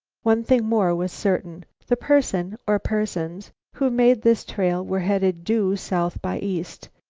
one thing more was certain the person or persons who made this trail were headed due south by east.